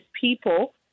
people